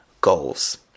goals